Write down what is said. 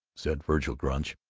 said vergil gunch.